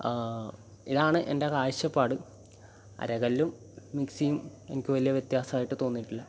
ഇതാണ് എൻ്റെ കാഴ്ചപ്പാട് അരകല്ലും മിക്സിയും എനിക്ക് വലിയ വ്യത്യസമായിട്ട് തോന്നിയിട്ടില്ല